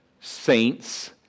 saints